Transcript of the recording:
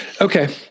Okay